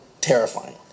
terrifying